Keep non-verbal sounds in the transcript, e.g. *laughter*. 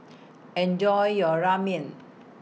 *noise* Enjoy your Ramen